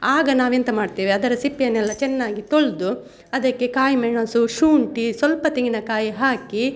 ಆಗ ನಾವೆಂತ ಮಾಡ್ತೇವೆ ಅದರ ಸಿಪ್ಪೆಯನ್ನೆಲ್ಲ ಚೆನ್ನಾಗಿ ತೊಳ್ದು ಅದಕ್ಕೆ ಕಾಯಿಮೆಣಸು ಶುಂಠಿ ಸ್ವಲ್ಪ ತೆಂಗಿನಕಾಯಿ ಹಾಕಿ